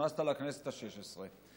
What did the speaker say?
נכנסת לכנסת השש עשרה.